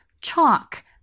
Chalk